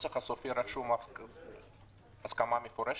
בנוסח הסופי רשום הסכמה מפורשת?